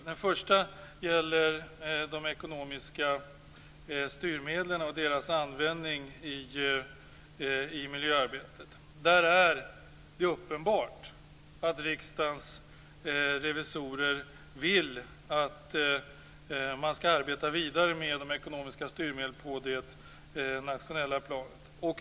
Den första gäller de ekonomiska styrmedlen och deras användning i miljöarbetet. Det är uppenbart att riksdagens revisorer vill att man skall arbeta vidare med de ekonomiska styrmedlen på det nationella planet.